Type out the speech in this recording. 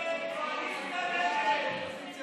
ההסתייגות (35) של קבוצת סיעת מרצ, קבוצת סיעת יש